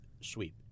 sweep